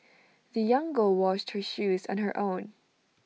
the young girl washed her shoes on her own